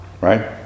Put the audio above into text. right